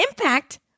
impact